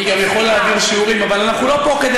לא, רק כדי